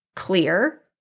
clear